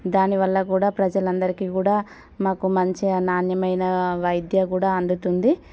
దాని వల్ల కూడా ప్రజలందరికీ కూడా మాకు మంచి నాణ్యమైన వైద్య కూడా అందుతుంది